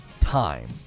time